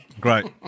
Great